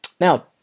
Now